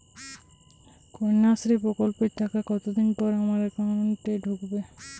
কন্যাশ্রী প্রকল্পের টাকা কতদিন পর আমার অ্যাকাউন্ট এ ঢুকবে?